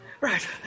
Right